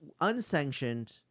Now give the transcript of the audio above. unsanctioned